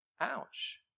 Ouch